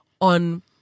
on